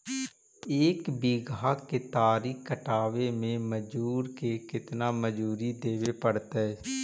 एक बिघा केतारी कटबाबे में मजुर के केतना मजुरि देबे पड़तै?